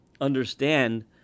understand